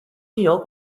具有